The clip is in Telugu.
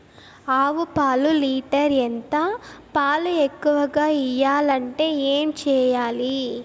ఆవు పాలు లీటర్ ఎంత? పాలు ఎక్కువగా ఇయ్యాలంటే ఏం చేయాలి?